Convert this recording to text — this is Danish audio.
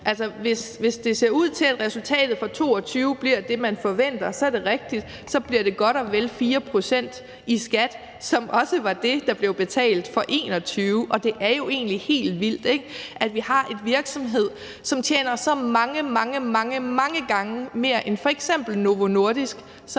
Hvis det ser ud til, at resultatet fra 2022 bliver det, man forventer, er det rigtigt, at så bliver det godt og vel 4 pct. i skat, som også var det, der blev betalt for 2021. Og det er jo egentlig helt vildt, at vi har en virksomhed, som tjener så mange, mange gange mere end f.eks. Novo Nordisk,